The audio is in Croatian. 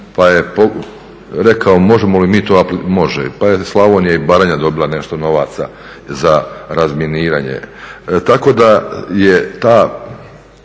pa je rekao možemo li mi to, može, pa je Slavonije i Baranja dobila nešto novaca za razminiranje. Tako da je ta